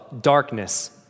darkness